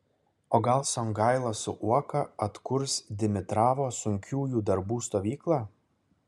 o gal songaila su uoka atkurs dimitravo sunkiųjų darbų stovyklą